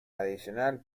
adicional